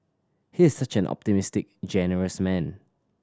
he is such an optimistic generous man